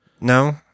No